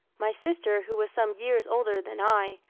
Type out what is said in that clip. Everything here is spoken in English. my sister, who was some years older than i,